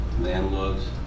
landlords